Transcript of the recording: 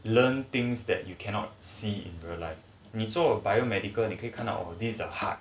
learn things that you cannot see real life 你做 biomedical 你可以看到 of this the heart